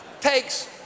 takes